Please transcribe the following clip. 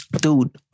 Dude